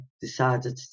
decided